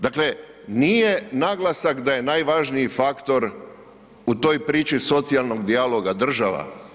Dakle, nije naglasak da je najvažniji faktor u toj priči socijalnog dijaloga država.